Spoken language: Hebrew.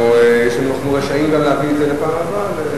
אנחנו גם רשאים להעביר את זה לפעם הבאה.